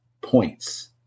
points